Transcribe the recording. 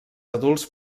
adults